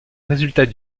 résultat